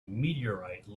meteorite